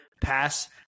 pass